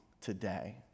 today